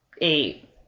eight